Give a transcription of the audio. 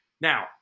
Now